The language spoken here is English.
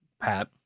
Pat